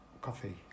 coffee